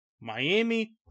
Miami